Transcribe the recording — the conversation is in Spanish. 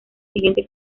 siguiente